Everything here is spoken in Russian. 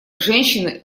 женщины